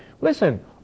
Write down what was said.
Listen